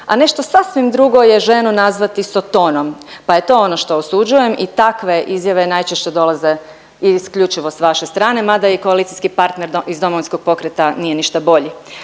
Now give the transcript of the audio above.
a nešto sasvim drugo je ženu nazvati sotonom, pa je to ono što osuđujem i takve izjave najčešće dolaze isključivo s vaše strane, mada i koalicijski partner i Domovinskog pokreta nije ništa bolji.